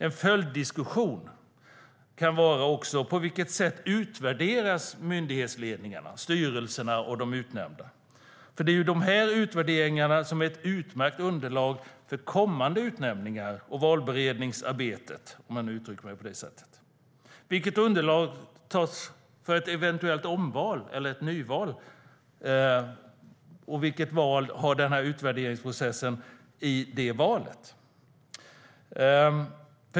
En följdiskussion kan omfatta på vilket sätt myndighetsledningarna, styrelserna och de utnämnda utvärderas. Dessa utvärderingar är sedan ett utmärkt underlag för kommande utnämningar och för valberedningsarbetet. Vilket underlag tas fram för ett eventuellt omval eller ett nyval? Vilken roll har utvärderingsprocessen i det valet?